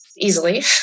easily